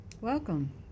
Welcome